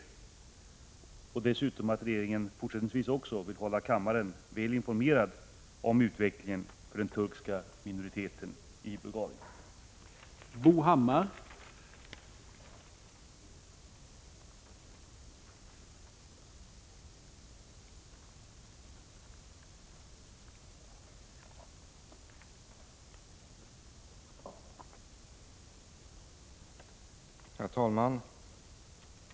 Dessutom utgår vi ifrån att regeringen även fortsättningsvis kommer att hålla kammaren väl informerad om utvecklingen för den turkiska minoriteten i Bulgarien.